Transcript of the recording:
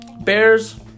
Bears